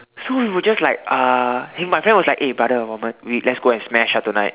so we were just like uh and my friend was just like eh brother 我们 we let's go and smash ah tonight